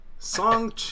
Song